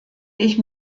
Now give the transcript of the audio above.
ich